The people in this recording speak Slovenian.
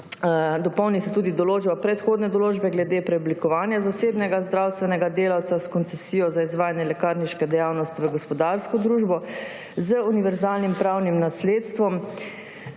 Dopolni se tudi določba predhodne določbe glede preoblikovanja zasebnega zdravstvenega delavca s koncesijo za izvajanje lekarniške dejavnosti v gospodarsko družbo z univerzalnim pravnim nasledstvom